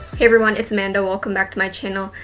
hey, everyone, it's amanda. welcome back to my channel.